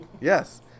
Yes